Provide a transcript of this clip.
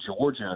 Georgia